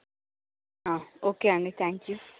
okay అండి thank you